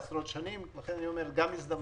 תוספת של פעם בעשרות שנים לכן אני אומר שזאת גם הזדמנות.